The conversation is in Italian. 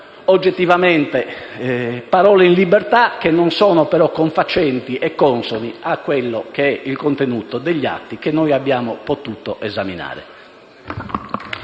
oggettivamente parole in libertà che non sono però confacenti e consone al contenuto degli atti che noi abbiamo potuto esaminare.